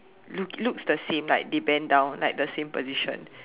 look looks the same like they bend down like the same position